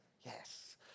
Yes